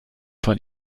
von